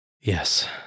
Yes